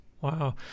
Wow